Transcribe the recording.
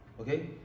Okay